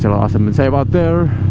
and awesome and safe out there